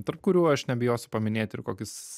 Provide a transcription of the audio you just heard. tarp kurių aš nebijosiu paminėti ir kokius